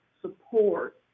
support